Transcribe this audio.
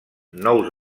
nous